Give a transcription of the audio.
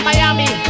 Miami